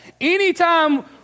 Anytime